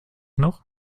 noch